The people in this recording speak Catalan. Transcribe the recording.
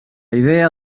idea